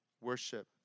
worship